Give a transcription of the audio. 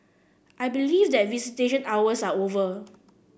I believe that visitation hours are over